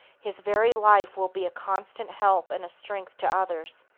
his very life will be a constant help and a strength to others,